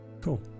Cool